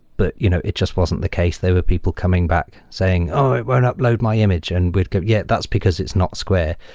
but you know it just wasn't the case. there were people coming back saying, oh! it won't upload my image, and we'd go, yeah, that's because it's not square,